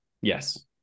Yes